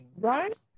right